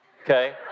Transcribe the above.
okay